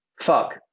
fuck